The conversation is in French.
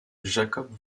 jakob